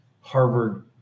Harvard